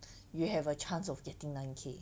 you have a chance of getting nine K